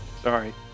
sorry